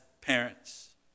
parents